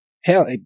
Hell